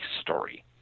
story